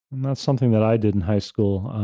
and that's something that i did in high school.